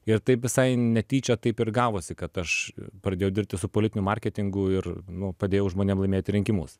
ir taip visai netyčia taip ir gavosi kad aš pradėjau dirbti su politiniu marketingu ir nu padėjau žmonėm laimėti rinkimus